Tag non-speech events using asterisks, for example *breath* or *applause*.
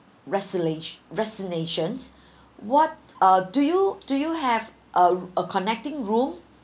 resolute resignations *breath* what ah do you do you have a a connecting room